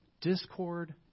discord